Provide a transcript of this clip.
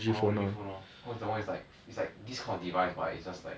R_O_G phone lor cause that one is like is like this kind of device but it's just like